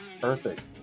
Perfect